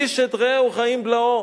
איש את רעהו חיים בלעו.